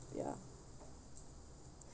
ya